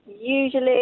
Usually